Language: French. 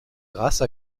grâce